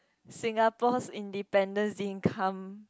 Singapore's independence income